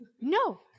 no